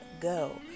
go